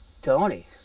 Tony